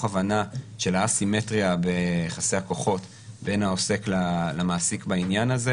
ההבנה של האסימטריה ביחסי הכוחות בין העוסק למעסיק בעניין הזה.